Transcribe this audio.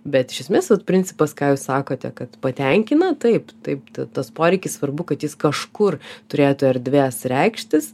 bet iš esmės principas ką jūs sakote kad patenkina taip taip tai tas poreikis svarbu kad jis kažkur turėtų erdvės reikštis